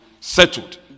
settled